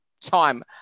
time